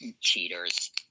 cheaters